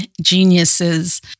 geniuses